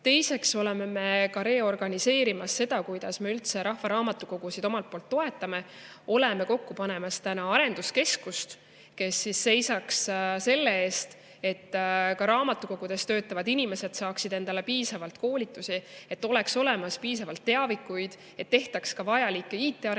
edasi. Teiseks oleme me ka reorganiseerimas seda, kuidas me üldse rahvaraamatukogusid omalt poolt toetame. Oleme täna kokku panemas arenduskeskust, kes seisaks selle eest, et ka raamatukogudes töötavad inimesed saaksid endale piisavalt koolitusi, et oleks olemas piisavalt teavikuid, et tehtaks ka vajalikke IT-arendusi, et